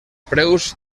preus